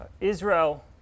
Israel